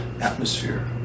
atmosphere